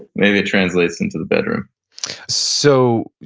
maybe it translates into the bedroom so,